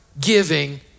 giving